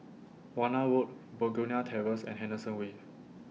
Warna Road Begonia Terrace and Henderson Wave